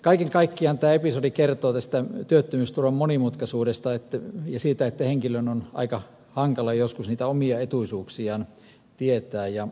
kaiken kaikkiaan tämä episodi kertoo tästä työttömyysturvan monimutkaisuudesta ja siitä että henkilön on aika hankala joskus niitä omia etuisuuksiaan tietää ja selvittää